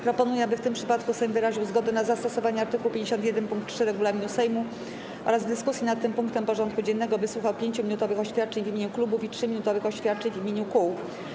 Proponuję, aby w tym przypadku Sejm wyraził zgodę na zastosowanie art. 51 pkt 3 regulaminu Sejmu oraz w dyskusji nad tym punktem porządku dziennego wysłuchał 5-minutowych oświadczeń w imieniu klubów i 3-minutowych oświadczeń w imieniu kół.